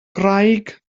gwraig